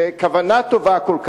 שכוונה טובה כל כך,